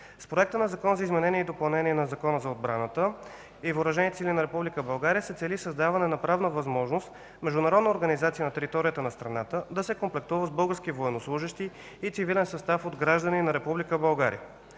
С Проекта на Закон за изменение и допълнение на Закона за отбраната и въоръжените сили на Република България се цели създаване на правна възможност международна организация на територията на страната да се комплектува с български военнослужещи и цивилен състав от граждани на